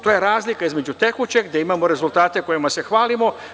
To je razlika između tekućeg, gde imamo rezultate kojima se hvalimo.